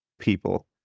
people